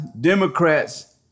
Democrats